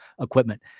equipment